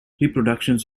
reproductions